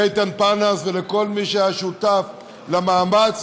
לאיתן פרנס ולכל מי שהיה שותף למאמץ